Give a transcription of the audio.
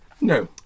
No